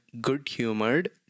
good-humoured